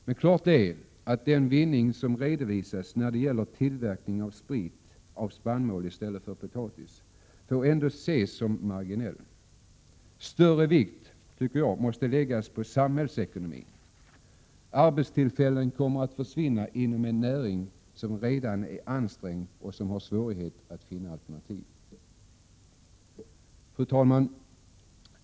Men klart är att den vinning som redovisas när det gäller tillverkning av sprit av spannmål i stället för av potatis ändå får ses som marginell. Jag anser att man måste lägga större vikt vid samhällsekonomin. Arbetstillfällen Prot. 1987/88:127 kommer att försvinna inom en näring som redan är ansträngd och som har svårigheter att finna alternativ. Fru talman!